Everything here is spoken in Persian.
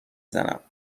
زنم